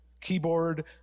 keyboard